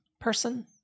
person